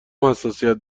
حساسیت